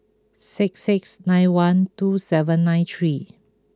six six nine one two seven nine three